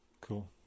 cool